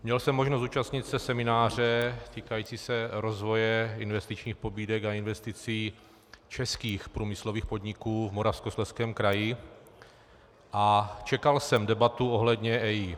Měl jsem možnost zúčastnit se semináře týkajícího se rozvoje investičních pobídek a investic českých průmyslových podniků v Moravskoslezském kraji a čekal jsem debatu ohledně EIA.